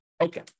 Okay